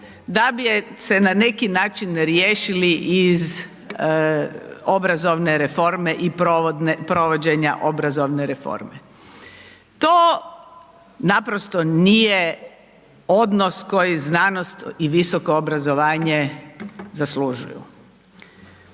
da bi je se na neki način riješili iz obrazovne reforme i provođenja obrazovne reforme. To naprosto nije odnos koji znanost i visoko obrazovanje zaslužuju.